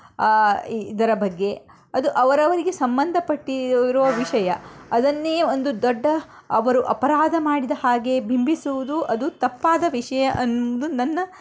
ಇದರ ಬಗ್ಗೆ ಅದು ಅವರವರಿಗೆ ಸಂಬಂಧಪಟ್ಟಿರುವ ವಿಷಯ ಅದನ್ನೇ ಒಂದು ದೊಡ್ಡ ಅವರು ಅಪರಾಧ ಮಾಡಿದ ಹಾಗೆ ಬಿಂಬಿಸುವುದು ಅದು ತಪ್ಪಾದ ವಿಷಯ ಅಂದು ನನ್ನ